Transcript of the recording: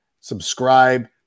subscribe